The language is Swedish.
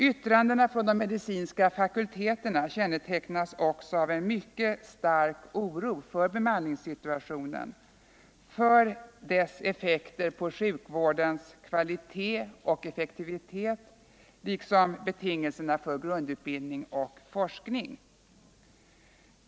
Yttrandena från de medicinska fakulteterna kännetecknas också av en mycket stark oro för bemanningssituationen och dess effekter på sjukvårdens kvalitet och effektivitet, liksom betingelserna för grundutbildning och forskning.